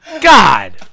God